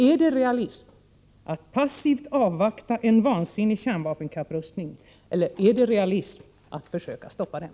Är det realism att passivt avvakta en vansinnig kärnvapenkapprustning eller är det realism att försöka stoppa den?